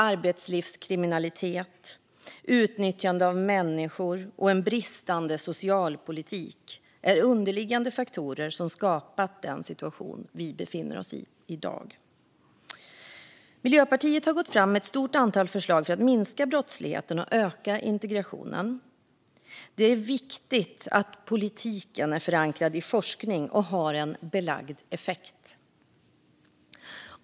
Arbetslivskriminalitet, utnyttjande av människor och en bristande socialpolitik är underliggande faktorer som har skapat den situation vi i dag befinner oss i. Miljöpartiet har gått fram med ett stort antal förslag för att minska brottsligheten och öka integrationen. Det är viktigt att politiken är förankrad i forskning och har en belagd effekt.